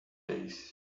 days